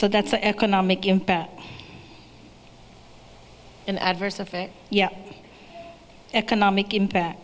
so that's the economic impact an adverse effect yeah economic impact